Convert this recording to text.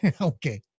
Okay